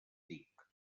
tic